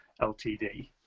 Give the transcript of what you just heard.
LTD